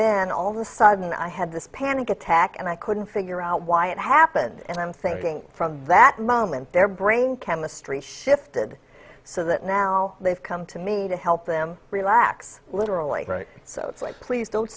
then all the sudden i had this panic attack and i couldn't figure out why it happened and i'm thinking from that moment their brain chemistry shifted so that now they've come to me to help them relax literally so it's like please don't